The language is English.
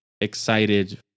excited